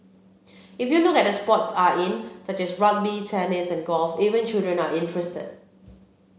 if you look at the sports are in such as rugby tennis and golf even children are interested